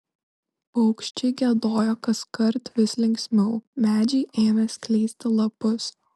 paukščiai giedojo kaskart vis linksmiau medžiai ėmė skleisti lapus